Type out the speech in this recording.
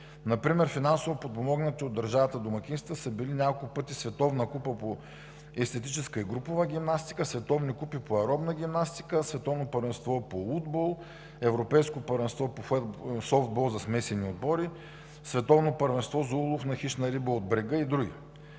Например финансово подпомогнати от държавата домакинства са били няколко пъти Световната купа по естетическа и групова гимнастика, световни купи по аеробна гимнастика, Световното първенство по удбол, Европейското първенство по софтбол за смесени отбори, Световното първенство за улов на хищна риба от брега и други.